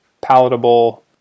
palatable